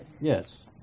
Yes